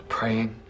Praying